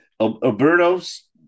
Alberto's